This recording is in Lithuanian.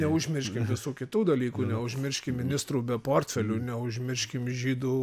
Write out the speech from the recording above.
neužmirškim visų kitų dalykų neužmirškim ministrų be portfelių neužmirškim žydų